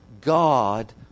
God